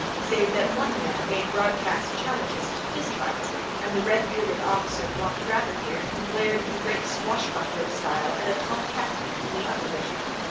save that one man made broadcast challenges to fist fights and the red-bearded officer walked rather near and glared in great swashbuckler style at a tall captain in the other regiment.